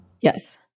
yes